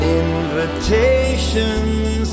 invitations